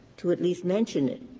to at least mention it.